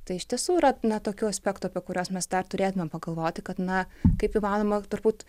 tai iš tiesų yra na tokių aspektų apie kuriuos mes dar turėtumėm pagalvoti kad na kaip įmanoma turbūt